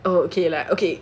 okay lah okay